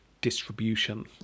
distribution